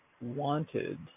wanted